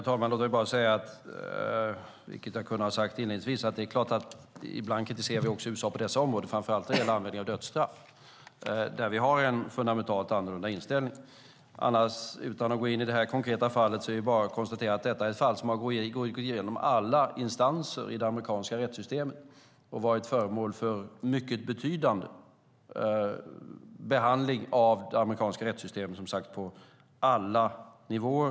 Herr talman! Jag kunde inledningsvis ha sagt att vi ibland kritiserar USA på detta område, framför allt när det gäller användningen av dödsstraff där vi har en fundamentalt annorlunda inställning. Utan att gå in närmare på det konkreta fallet kan jag dock konstatera att detta fall har gått igenom alla instanser i det amerikanska rättssystemet och varit föremål för betydande behandling av det amerikanska rättssystemet på alla nivåer.